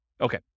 Okay